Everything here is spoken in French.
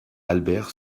albert